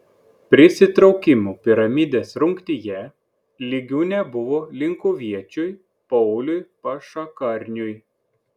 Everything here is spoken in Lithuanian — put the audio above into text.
prisitraukimų piramidės rungtyje lygių nebuvo linkuviečiui pauliui pašakarniui